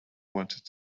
wanted